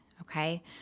Okay